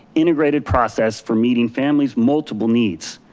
integrated process for meeting families' multiple needs.